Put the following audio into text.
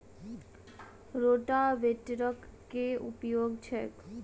रोटावेटरक केँ उपयोग छैक?